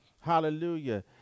Hallelujah